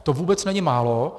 To vůbec není málo.